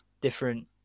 different